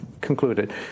concluded